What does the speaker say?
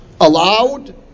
allowed